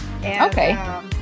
Okay